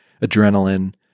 adrenaline